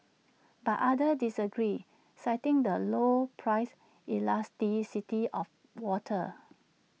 but others disagree citing the low price elasticity of water